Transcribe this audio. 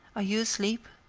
are you asleep?